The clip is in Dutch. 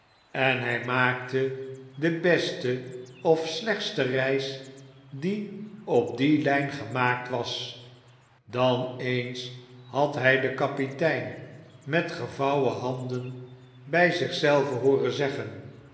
of hg maakte de beste of slechtste reis die op die lijn gemaakt was dan eens had hg den kapitein met gevouwen handen bg zich zelven hooren zeggen